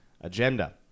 agenda